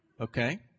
Okay